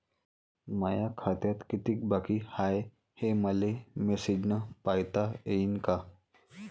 माया खात्यात कितीक बाकी हाय, हे मले मेसेजन पायता येईन का?